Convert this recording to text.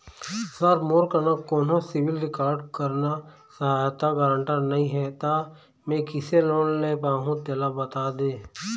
sir मोर करा कोन्हो सिविल रिकॉर्ड करना सहायता गारंटर नई हे ता मे किसे लोन ले पाहुं तेला बता दे